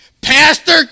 Pastor